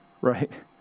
right